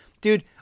dude